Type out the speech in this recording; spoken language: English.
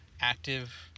active